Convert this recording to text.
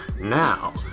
Now